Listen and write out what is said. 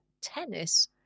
tennis